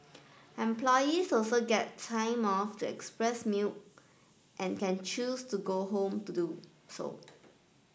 employees also get time off to express milk and can choose to go home to do so